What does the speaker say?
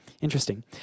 interesting